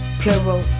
Pure